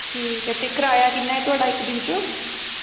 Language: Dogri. ठीक ऐ ते कराया किन्ना ऐ तोआढ़ा इक दिन च